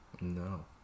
no